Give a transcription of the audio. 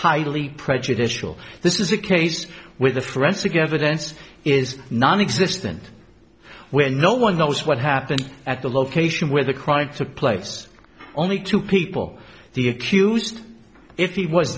highly prejudicial this is a case where the forensic evidence is nonexistent when no one knows what happened at the location where the cry took place only two people the accused if he was